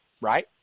right